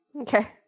Okay